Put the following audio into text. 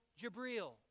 Jibreel